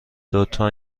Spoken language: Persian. لطفا